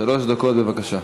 שלוש דקות, בבקשה.